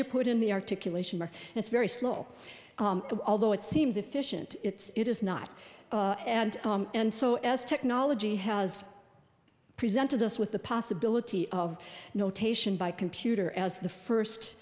you put in the articulation but it's very slow although it seems efficient it's it is not and and so as technology has presented us with the possibility of notation by computer as the first